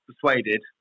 persuaded